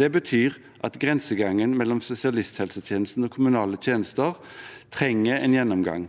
Det betyr at grensegangen mellom spesialisthelsetjenesten og kommunale tjenester trenger en gjennomgang.